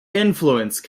influence